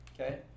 okay